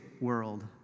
world